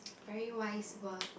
very wise words